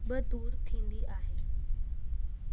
बि दूरि थींदी आहे